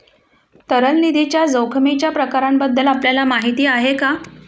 तरल निधीच्या जोखमीच्या प्रकारांबद्दल आपल्याला माहिती आहे का?